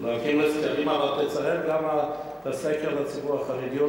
אבל תצרף גם לסקר את הציבור החרדי,